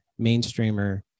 mainstreamer